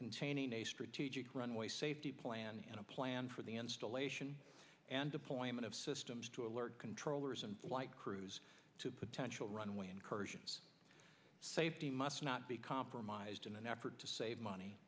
containing a strategic runway safety plan and a plan for the installation and deployment of systems to alert controllers and flight crews to potential runway incursions safety must not be compromised in an effort to save